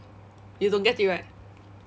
you don't get it right